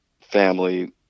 family